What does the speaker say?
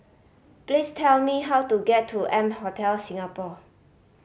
please tell me how to get to M Hotel Singapore